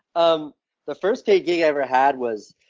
um the first paid gig i ever had was